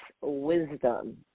wisdom